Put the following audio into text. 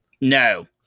No